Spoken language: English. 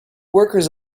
workers